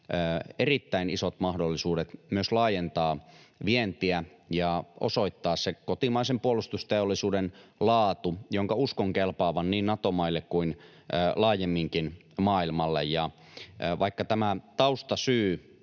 erittäin isot mahdollisuudet myös laajentaa vientiä ja osoittaa se kotimaisen puolustusteollisuuden laatu, jonka uskon kelpaavan niin Nato-maille kuin laajemminkin maailmalle. Vaikka tämä taustasyy